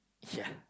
yeah